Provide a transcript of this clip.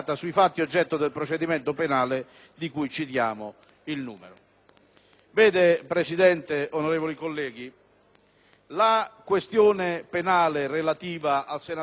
Signor Presidente e onorevoli colleghi, la questione penale relativa al senatore Di Girolamo è assai delicata. Si